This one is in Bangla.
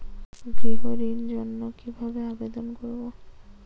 গৃহ ঋণ জন্য কি ভাবে আবেদন করব?